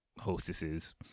hostesses